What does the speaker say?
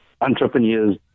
entrepreneurs